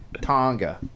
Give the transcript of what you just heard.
Tonga